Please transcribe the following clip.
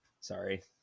sorry